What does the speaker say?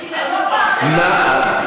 אני בגוב האריות.